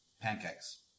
pancakes